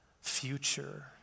future